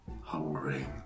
Hungry